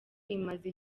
imaze